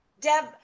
Deb